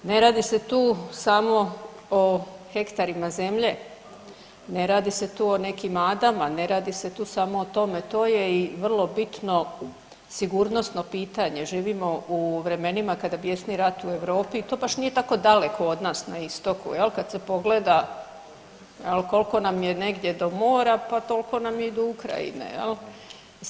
Ne radi se tu samo o hektarima zemlje, ne radi se tu o nekim adama, ne radi se tu samo o tome, to je i vrlo bitno sigurnosno pitanje, živimo u vremenima kada bjesni rat u Europi i to baš nije tako daleko od nas na istoku jel, kad se pogleda jel kolko nam je negdje do mora, pa tolko nam je i do Ukrajine jel.